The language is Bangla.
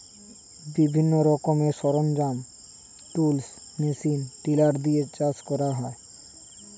বিভিন্ন রকমের সরঞ্জাম, টুলস, মেশিন টিলার দিয়ে চাষ করা হয়